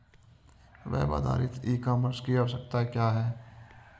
Web आधारित ecommerce की आवश्यकता क्या है?